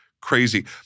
crazy